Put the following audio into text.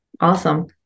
Awesome